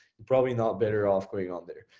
and probably not better off going on there.